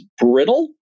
brittle